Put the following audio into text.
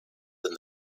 than